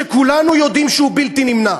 שכולנו יודעים שהוא בלתי נמנע.